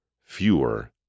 fewer